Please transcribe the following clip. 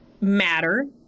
matter